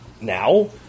now